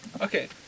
Okay